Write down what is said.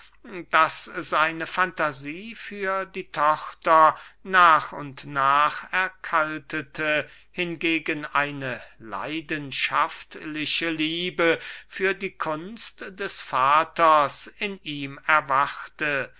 daß seine fantasie für die tochter nach und nach erkältete hingegen eine leidenschaftliche liebe für die kunst des vaters in ihm erwachte